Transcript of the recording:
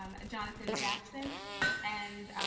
um johnathan jackson and